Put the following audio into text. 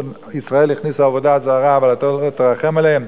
ישראל הכניסו עבודה זרה ואתה לא תרחם עליהם?